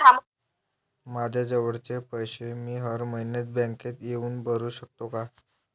मायाजवळचे पैसे मी हर मइन्यात बँकेत येऊन भरू सकतो का?